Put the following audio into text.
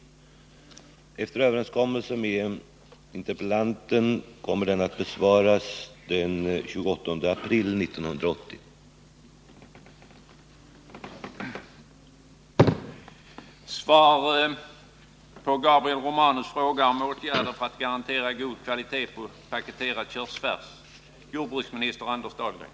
Efter överenskommelse med interpellanten kommer den att besvaras den 28 april 1980.